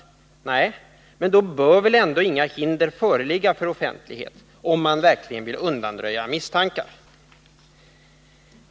Om det är så, då bör väl ändå inga hinder föreligga för offentlighet och då bör man väl lämna ut kursplanen — om man verkligen vill undanröja misstankar.